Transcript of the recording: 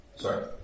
Sorry